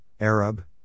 Arab